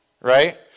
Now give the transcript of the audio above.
right